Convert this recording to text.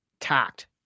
tact